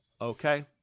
okay